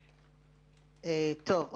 טוב.